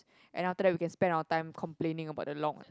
and after that we can spend our time complaining about the long